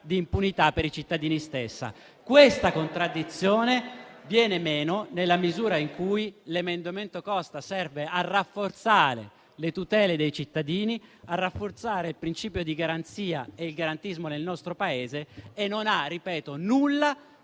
di impunità per i cittadini stessi. Questa contraddizione viene meno nella misura in cui l'emendamento Costa serve a rafforzare le tutele dei cittadini, il principio di garanzia e il garantismo nel nostro Paese e non ha nulla